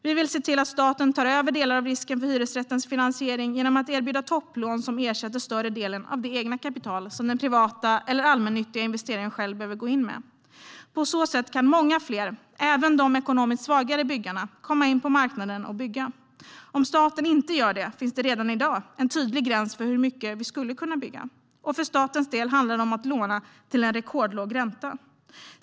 Vi vill se till att staten tar över delar av risken för hyresrättens finansiering genom att erbjuda topplån som ersätter större delen av det kapital som den privata eller allmännyttiga investeraren själv behöver gå in med. På så sätt kan många fler, även de ekonomiskt svagare byggarna, komma in på marknaden och bygga. Om staten inte gör detta finns det redan i dag en tydlig gräns för hur mycket vi kan bygga. För statens del handlar det om att låna till rekordlåg ränta.